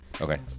Okay